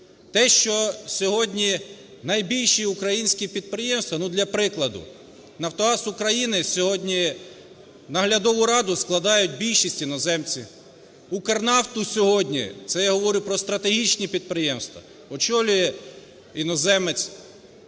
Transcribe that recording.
те, що сьогодні найбільші українські підприємства, ну, для прикладу, "Нафтогаз України": сьогодні наглядову раду складають більшість іноземці. "Укрнафту" сьогодні - це я говорю про стратегічні підприємства, - очолює іноземець,